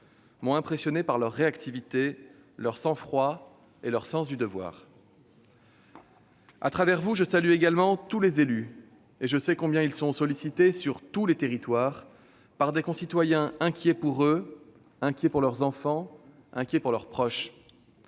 m'ont impressionné par leur réactivité, leur sang-froid et leur sens du devoir. À travers vous, je salue également tous les élus. Je sais combien ils sont sollicités, dans tous les territoires, par des citoyens inquiets pour eux, inquiets pour leurs enfants, inquiets pour leurs proches.